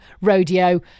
rodeo